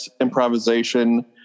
improvisation